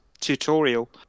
tutorial